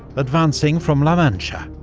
advancing from la mancha.